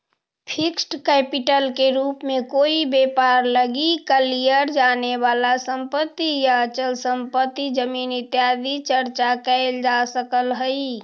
fixed capital के रूप में कोई व्यापार लगी कलियर जाने वाला संपत्ति या अचल संपत्ति जमीन इत्यादि के चर्चा कैल जा सकऽ हई